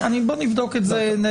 בואו נבדוק את זה.